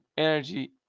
energy